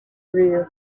rio